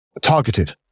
targeted